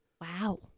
Wow